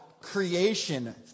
creation